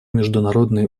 международный